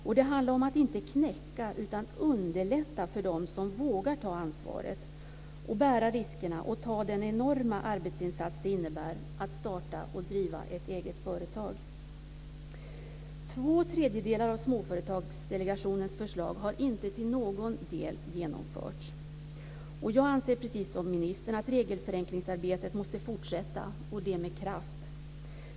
Och det handlar om att inte knäcka utan att underlätta för dem som vågar ta ansvaret, bära riskerna och ta den enorma arbetsinsats som det innebär att starta och driva ett eget företag. Två tredjedelar av Småföretagsdelegationens förslag har inte till någon del genomförts. Och jag anser precis som ministern att regelförenklingsarbetet måste fortsätta, och det med kraft.